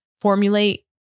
formulate